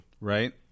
right